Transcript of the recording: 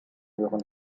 hören